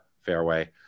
fairway